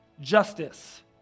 justice